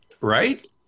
Right